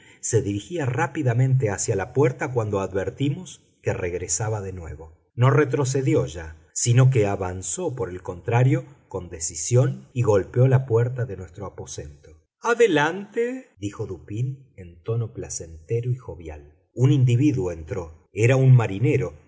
se dirigía rápidamente hacia la puerta cuando advertimos que regresaba de nuevo no retrocedió ya sino que avanzó por el contrario con decisión y golpeó la puerta de nuestro aposento adelante dijo dupín en tono placentero y jovial un individuo entró era un marinero